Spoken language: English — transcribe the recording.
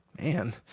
Man